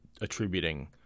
attributing